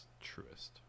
Truest